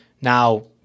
Now